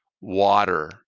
water